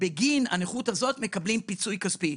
בגין הנכות הזאת מקבלים פיצוי כספי.